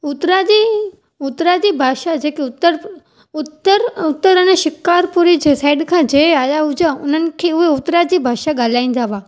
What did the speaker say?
उत्तरादी उत्तरादी भाषा जेकी उत्तर उत्तर उत्तर अने शिकारपुरी जे साईड खां जे आया हुया उन्हनि खे उहे उत्तरादी भाषा ॻाल्हाईंदा हुआ